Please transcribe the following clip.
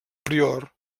prior